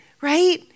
right